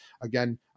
Again